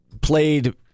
played